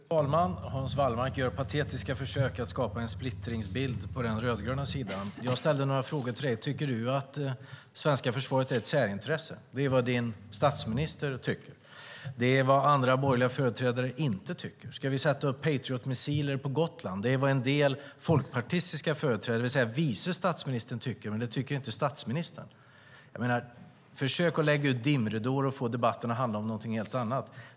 Fru talman! Hans Wallmark gör patetiska försök att skapa en splittringsbild på den rödgröna sidan. Jag ställde några frågor till dig, Hans Wallmark. Tycker du att det svenska försvaret är ett särintresse? Det är vad din statsminister tycker, men det är vad andra borgerliga företrädare inte tycker. Ska vi sätta upp patriotmissiler på Gotland? Det är vad en del folkpartistiska företrädare, det vill säga vice statsministern, tycker - men det tycker inte statsministern. Jag menar att detta är ett försök att lägga ut dimridåer för att få debatten att handla om någonting helt annat.